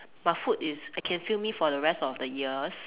my food is I can fill me for the rest of the years